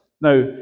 Now